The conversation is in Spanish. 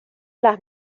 las